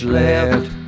left